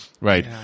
Right